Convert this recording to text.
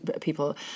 people